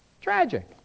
Tragic